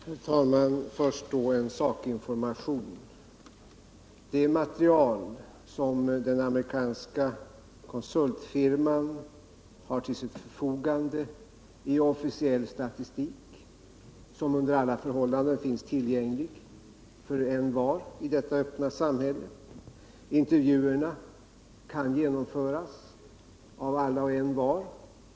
Herr talman! Först en sakinformation. Det material som den amerikanska konsultfirman har till sitt förfogande består av officiell statistik, som under alla förhållanden finns tillgänglig för envar i detta öppna samhälle. Intervjuerna kan göras av vem som helst.